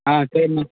ஆ சரிண்ணே